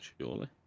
surely